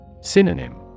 Synonym